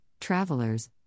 travelers